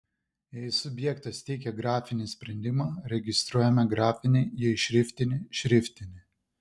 jei subjektas teikia grafinį sprendimą registruojame grafinį jei šriftinį šriftinį